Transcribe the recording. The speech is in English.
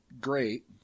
great